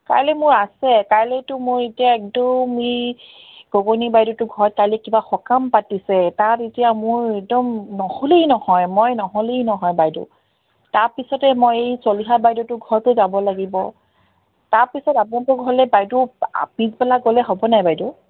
কাইলৈ মোৰ আছে কাইলৈতো মোৰ এতিয়া একদম এই গগৈনী বাইদেউটো ঘৰত কাইলৈ কিবা সকাম পাতিছে তাত এতিয়া মোৰ একদম নহ'লেই নহয় মই নহ'লেই নহয় বাইদেউ তাৰ পিছতে মই এই চলিহা বাইদেউটো ঘৰতো যাব লাগিব তাৰ পিছত আপোনলোকৰ ঘৰলৈ বাইদেউ পিছবেলা গ'লে হ'ব নাই বাইদউ